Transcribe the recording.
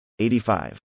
85